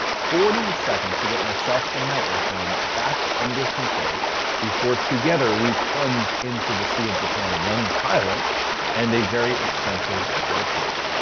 forty seconds to get myself and my airplane back under control before together, we plunge into the sea of japan. a young pilot and a very expensive airplane.